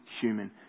human